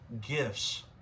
gifts